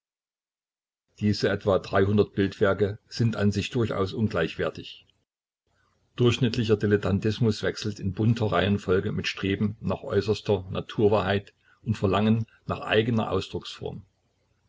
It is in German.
diese etwa bildwerke sind an sich durchaus ungleichwertig durchschnittlicher dilettantismus wechselt in bunter reihenfolge mit streben nach äußerster naturwahrheit und verlangen nach eigener ausdrucksform